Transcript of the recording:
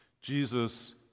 Jesus